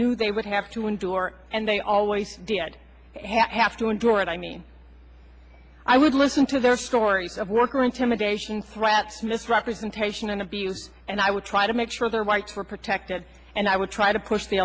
knew they would have to endure and they always did have to endure it i mean i would listen to their stories of work or intimidation threats misrepresentation and abuse and i would try to make sure their rights were protected and i would try to push the